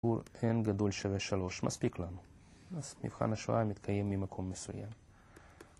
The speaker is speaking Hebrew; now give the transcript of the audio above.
n(?) גדול שווה שלוש, מספיק לנו, אז מבחן השואה מתקיים ממקום מסוים